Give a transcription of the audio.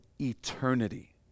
eternity